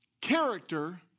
Character